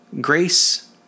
grace